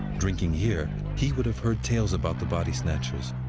drinking here, he would have heard tales about the body snatchers.